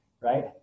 right